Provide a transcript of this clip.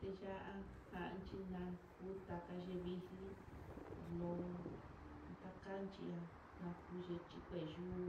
Te ya'a janchi naku taka yivixli, lo'o takanchia nakuxhi tivexyuu,